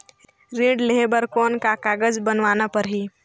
ऋण लेहे बर कौन का कागज बनवाना परही?